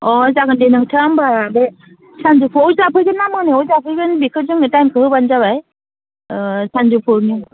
अ जागोन दे नोंथाङा होमब्ला बे साजौफुआव जाफैगोन ना मोनायाव जाफैगोन बेखो जोंनो टाइमखो होब्लानो जाबाय सानजौफुनि